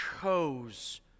chose